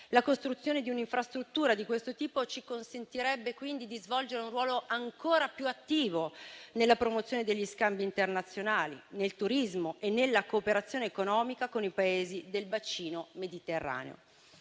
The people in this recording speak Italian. La costruzione di un'infrastruttura di questo tipo ci consentirebbe, quindi, di svolgere un ruolo ancora più attivo nella promozione degli scambi internazionali, nel turismo e nella cooperazione economica con i Paesi del bacino mediterraneo.